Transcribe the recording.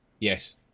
Yes